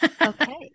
Okay